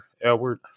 Edward